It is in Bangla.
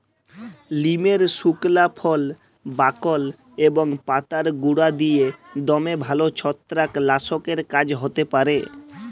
লিমের সুকলা ফল, বাকল এবং পাতার গুঁড়া দিঁয়ে দমে ভাল ছত্রাক লাসকের কাজ হ্যতে পারে